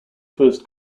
first